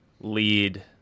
lead